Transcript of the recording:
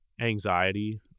anxiety